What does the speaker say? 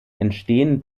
entstehen